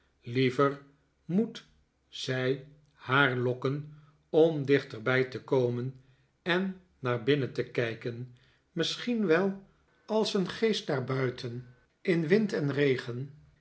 liever moet zij haar lokken om dichterbij te komen en naar binnen te kijken misschien wel als een geest daar buiteri in wind en regen